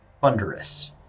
thunderous